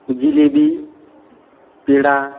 jalebi peda